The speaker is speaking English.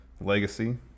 Legacy